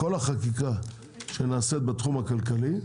לכל החקיקה שנעשית בתחום הכלכלי,